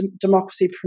democracy